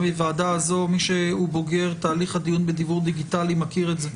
מי שהוא בוגר תהליך הדיון בדיוור דיגיטלי מכיר את זה,